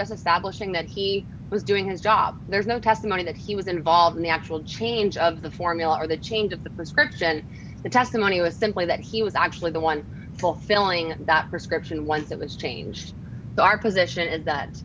stablish in that he was doing his job there's no testimony that he was involved in the actual change of the formula or the change of the prescription the testimony was simply that he was actually the one fulfilling that prescription once that was changed darke position is that